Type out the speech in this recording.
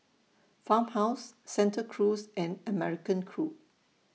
Farmhouse Santa Cruz and American Crew